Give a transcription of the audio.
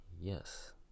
yes